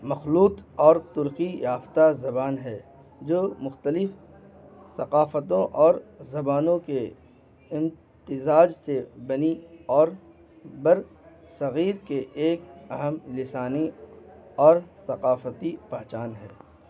مخلوط اور ترقی یافتہ زبان ہے جو مختلف ثقافتوں اور زبانوں کے امتزاج سے بنی اور بر صغیر کے ایک اہم لسانی اور ثقافتی پہچان ہے